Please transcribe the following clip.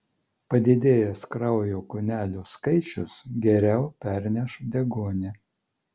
padidėjęs kraujo kūnelių skaičius geriau perneš deguonį